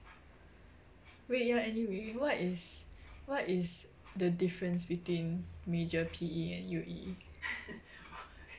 wait ya anyway what is what is the difference between major P_E and U_E